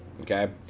okay